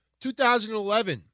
2011